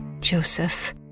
Joseph